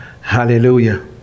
Hallelujah